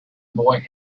boy